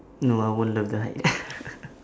no I won't love the height